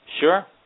Sure